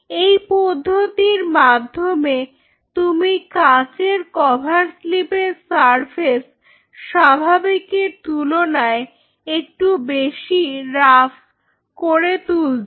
এই পদ্ধতির মাধ্যমে তুমি কাঁচের কভার স্লিপের সারফেস স্বাভাবিকের তুলনায় একটু বেশি রাফ্ করে তুলছো